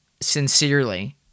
sincerely